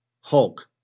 Hulk